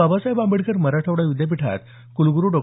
बाबासाहेब आंबेडकर मराठवाडा विद्यापीठात कुलग्रु डॉ